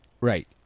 Right